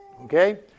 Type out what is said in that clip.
Okay